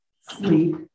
sleep